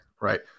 right